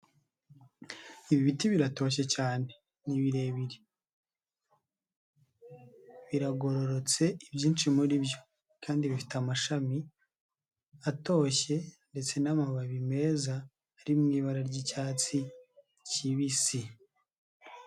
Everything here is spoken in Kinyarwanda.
Ibiti biratoshye cyane ni birebire biragororotse ibyinshi muri byo kandi bifite amashami atoshye ndetse n'amababi meza ari mu ibara ry'icyatsi kibisi.